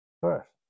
first